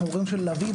אנחנו ההורים של לביא,